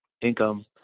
income